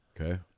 Okay